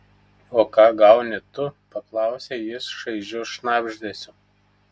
o ką gauni tu paklausė jis šaižiu šnabždesiu